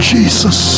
Jesus